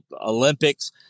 Olympics